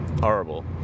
Horrible